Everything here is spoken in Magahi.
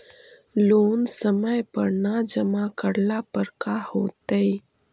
लोन समय पर न जमा करला पर का होतइ?